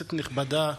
כנסת נכבדה,